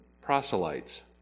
proselytes